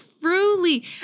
truly